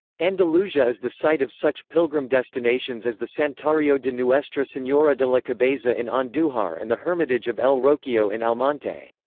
andalusia is the site of such pilgrim destinations as the santuario de nuestra senora de la cabeza in andujar and the hermitage of el rocio in almonte.